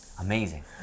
Amazing